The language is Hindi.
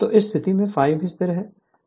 तो उस स्थिति में ∅ भी स्थिर है